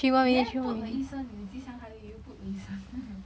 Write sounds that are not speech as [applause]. neh [noise] 的一声你的机箱海里又 [noise] 了一声